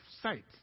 sight